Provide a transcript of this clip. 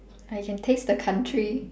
I can taste the country